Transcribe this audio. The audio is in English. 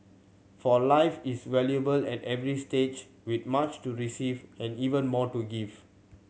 for life is valuable at every stage with much to receive and even more to give